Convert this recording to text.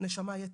נשמה יתרה.